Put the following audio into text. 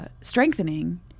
strengthening